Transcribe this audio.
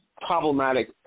problematic